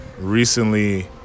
recently